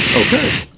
Okay